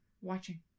Watching